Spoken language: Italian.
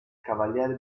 cavaliere